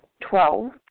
Twelve